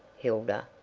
hilda.